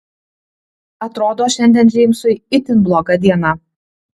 atrodo šiandien džeimsui itin bloga diena